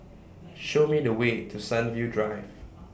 Show Me The Way to Sunview Drive